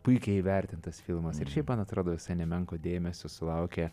puikiai įvertintas filmas ir šiaip man atrodo visai nemenko dėmesio sulaukė